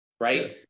right